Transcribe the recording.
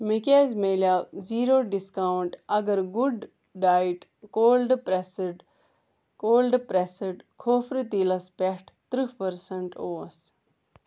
مےٚ کیٛازِ میلیٚو زیٖرو ڈِسکاوُنٛٹ اَگر good diet cold pressed cold pressed کھوٗپرٕ تیٖلس پٮ۪ٹھ ترٛہ پٔرسنٹ اوس